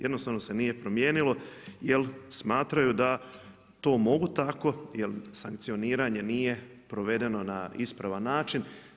Jednostavno se nije promijenilo, jer smatraju da to mogu tako jer sankcioniranje nije provedeno na ispravan način.